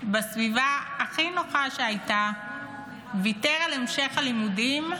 בסביבה הכי נוחה שהייתה, ויתר על המשך הלימודים,